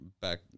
back